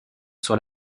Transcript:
sur